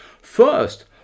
First